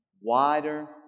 wider